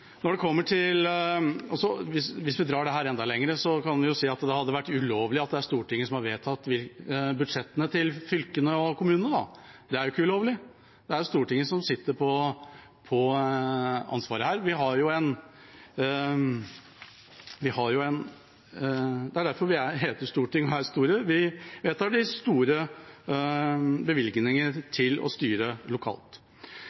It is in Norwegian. Hvis vi drar dette enda lenger, kan vi jo si at det er ulovlig at det er Stortinget som har vedtatt budsjettene til fylkene og kommunene. Men det er ikke ulovlig – det er jo Stortinget som sitter med ansvaret her. Det er derfor vi heter Stortinget. Vi vedtar de store bevilgningene til å styre lokalt. Hvis vi går til Innlandet og til representanten Emilie Enger Mehl, må jeg spørre hvilket mandat Senterpartiet har hatt opp gjennom årene når de